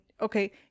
Okay